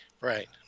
Right